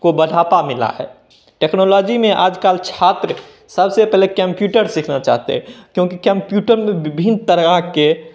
को बढ़ावा मिला है टेक्नोलॉजी में आज कल छात्र सबसे पहले केम्प्यूटर सीखना चाहते हैं क्योंकि केम्प्यूटर में वीभिन्न तरह के